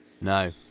No